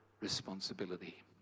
responsibility